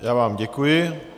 Já vám děkuji.